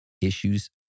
Issues